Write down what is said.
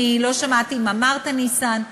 אני לא שמעתי אם אמרת, ניסן,